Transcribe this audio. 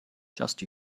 just